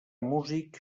músic